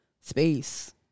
space